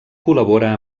col·labora